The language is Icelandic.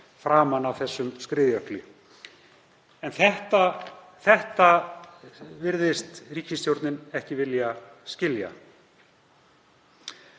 framan af þessum skriðjökli. Þetta virðist ríkisstjórnin ekki vilja skilja.